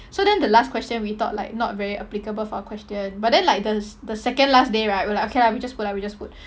so then the last question we thought like not very applicable for our question but then like the s~ the second last day right we're like okay lah we just put we just put